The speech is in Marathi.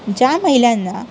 ज्या महिलांना